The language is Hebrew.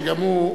וגם הוא,